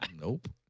Nope